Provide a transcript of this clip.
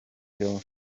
hill